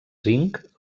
zinc